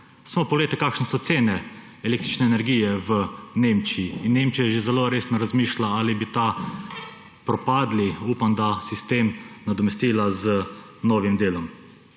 Samo poglejte, kakšne so cene električne energije v Nemčiji! Nemčija že zelo resno razmišlja, ali bi ta propadli – upam da – sistem nadomestila z novim delom.